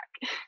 back